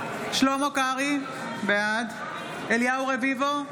שלמה קרעי, בעד אליהו רביבו,